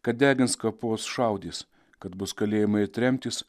kad degins kapus šaudys kad bus kalėjimai ir tremtys